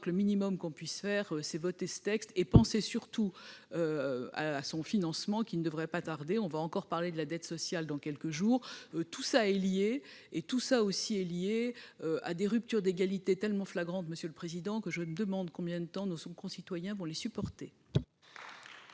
Le minimum que l'on puisse faire est de voter ce texte et de penser, surtout, à son financement, qui ne devrait pas tarder. On va encore parler de la dette sociale dans quelques jours. Tout cela est lié et nous renvoie à des ruptures d'égalité tellement flagrantes, monsieur le secrétaire d'État, que je me demande combien de temps encore nos concitoyens pourront les supporter.